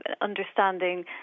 understanding